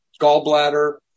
gallbladder